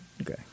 Okay